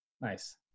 Nice